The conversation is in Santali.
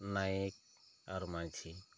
ᱱᱟᱭᱮᱠ ᱟᱨ ᱢᱟᱺᱡᱷᱤ